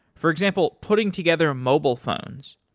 for example, putting together mobile phones.